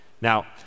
Now